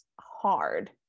hard